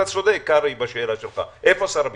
אתה צודק, קרעי, בשאלה שלך, איפה שר הביטחון?